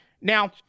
Now